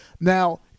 Now